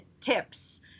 tips